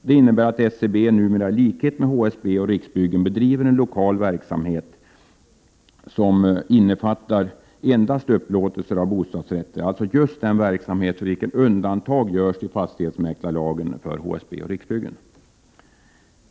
Det innebär att SBC numera, i likhet med HSB och Riksbyggen, bedriver en lokal verksamhet som innefattar endast upplåtelser av bostadsrätter, alltså just den verksamhet för vilken undantag görs i fastighetsmäklarlagen för HSB och Riksbyggen.